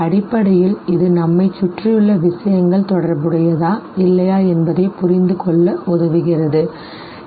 அடிப்படையில் இது நம்மைச் சுற்றியுள்ள விஷயங்கள் தொடர்புடையதா இல்லையா என்பதைப் புரிந்துகொள்ள உதவுகிறது சரி